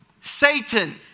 Satan